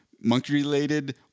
monkey-related